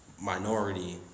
minority